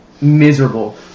Miserable